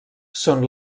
són